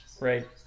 Right